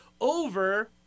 over